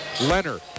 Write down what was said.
Leonard